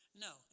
No